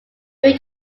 erie